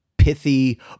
Pithy